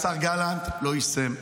השר גלנט לא יישם.